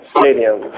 Stadium